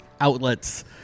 outlets